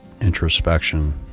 introspection